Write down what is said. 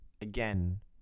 again